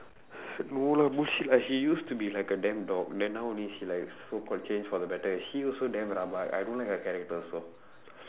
no lah bullshit lah he used to be like a damn dog then now only she like so called changed for the better he also damn rabak I don't like her character also